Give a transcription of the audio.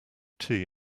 tea